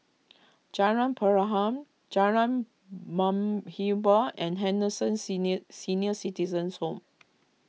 Jalan Perahu Jalan Muhibbah and Henderson Senior Senior Citizens' Home